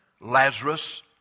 Lazarus